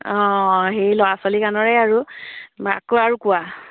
অঁ সেই ল'ৰা ছোৱালী গানৰে আৰু আকৌ আৰু কোৱা